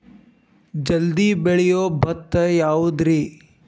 ಜಲ್ದಿ ಬೆಳಿಯೊ ಭತ್ತ ಯಾವುದ್ರೇ?